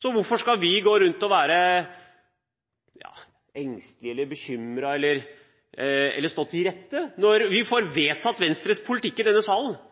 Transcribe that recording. Så hvorfor skal vi gå rundt og være engstelige, bekymret eller stå til rette, når vi får vedtatt Venstres politikk i denne salen?